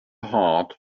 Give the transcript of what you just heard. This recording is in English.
heart